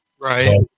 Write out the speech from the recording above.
right